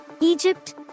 Egypt